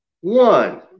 one